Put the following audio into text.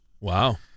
Wow